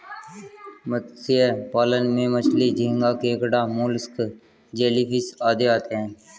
मत्स्य पालन में मछली, झींगा, केकड़ा, मोलस्क, जेलीफिश आदि आते हैं